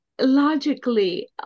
logically